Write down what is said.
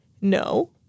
no